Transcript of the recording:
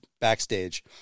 backstage